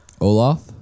Olaf